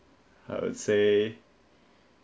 I would say